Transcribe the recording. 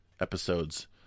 episode's